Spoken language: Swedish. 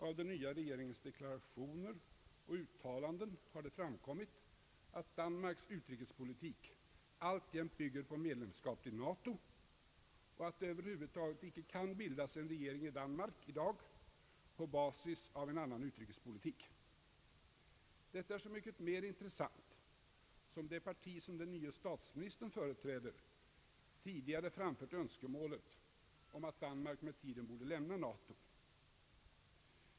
Av den nya regeringens deklarationer och uttalanden har det framkommit, att Danmarks utrikespolitik alltjämt bygger på medlemskapet i NATO och att det över huvud taget inte kan bildas en regering i Danmark i dag på basis av någon annan utrikespolitik, Detta är så mycket mer intressant som det parti som den nye statsministern företräder tidigare framfört önskemålet om att Danmark med tiden borde lämna NATO.